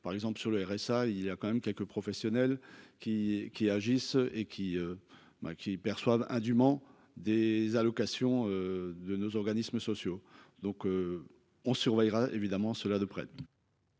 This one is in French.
par exemple sur le RSA. Il y a quand même quelques professionnels qui qui agissent et qui. M'a qui perçoivent indûment des allocations de nos organismes sociaux donc. On surveillera évidemment cela de près.